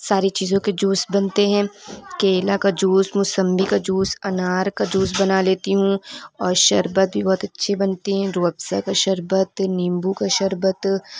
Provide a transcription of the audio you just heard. ساری چیزوں کے جوس بنتے ہیں کیلا کا جوس موسمی کا جوس انار کا جوس بنا لیتی ہوں اور شربت بھی بہت اچھے بنتی ہیں روح افزاء کا شربت نیمبو کا شربت